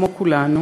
כמו כולנו